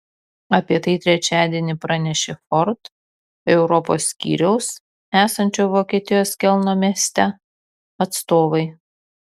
apie tai trečiadienį pranešė ford europos skyriaus esančio vokietijos kelno mieste atstovai